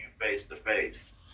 face-to-face